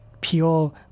pure